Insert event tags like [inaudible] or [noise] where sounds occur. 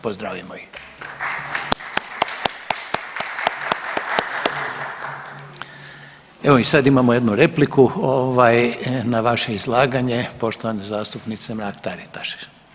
Pozdravimo ih [applause] Evo i sada imamo jednu repliku na vaše izlaganje, poštovane zastupnice Mrak Taritaš.